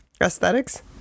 Aesthetics